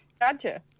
Gotcha